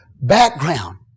background